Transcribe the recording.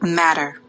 matter